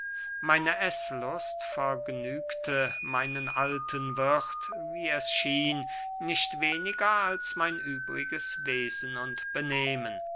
meine eßlust vergnügte meinen alten wirth wie es schien nicht weniger als mein übriges wesen und benehmen